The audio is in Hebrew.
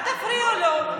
אל תפריעו לי,